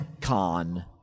con